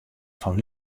fan